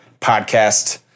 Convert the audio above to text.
podcast